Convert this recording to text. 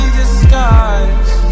disguise